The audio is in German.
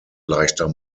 leichter